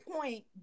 point